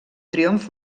triomf